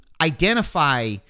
identify